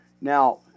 Now